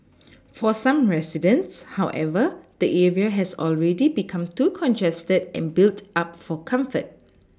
for some residents however the area has already become too congested and built up for comfort